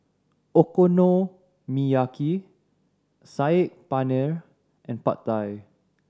Okonomiyaki Saag Paneer and Pad Thai